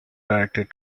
directed